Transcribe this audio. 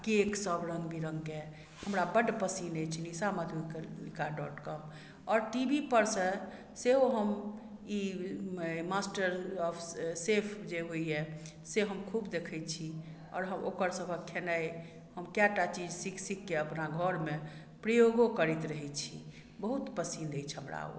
आ केक सब रंग बिरंगके हमरा बड्ड पसिन्न अछि निशा मधुलिका डॉट कॉम आओर टी वी पर सँ सेहो हम ई मास्टर ऑफ़ सेफ जे होइया से हम खूब देखै छी आओर ओकर सब के खेनाइ हम कय टा चीज सीख सीख कऽ अपना घरमे प्रयोगो करैत रहै छी बहुत पसिन्न अछि हमरा ओ